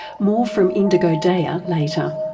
more from indigo daya later.